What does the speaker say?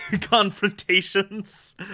confrontations